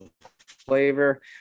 flavor